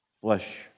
flesh